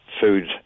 food